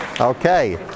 Okay